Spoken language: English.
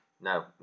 No